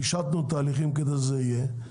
פישטנו תהליכים כדי שזה יהיה,